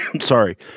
Sorry